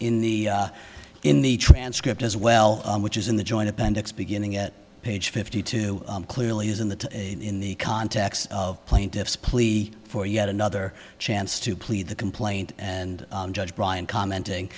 in the in the transcript as well which is in the joint appendix beginning at page fifty two clearly as in the in the context of plaintiff's plea for yet another chance to plead the complaint and judge brian commenting